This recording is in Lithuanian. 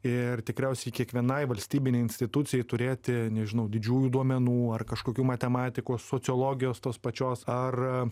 ir tikriausiai kiekvienai valstybinei institucijai turėti nežinau didžiųjų duomenų ar kažkokių matematikos sociologijos tos pačios ar